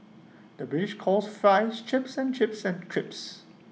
the British calls Fries Chips and chips and crisps